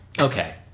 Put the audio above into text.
Okay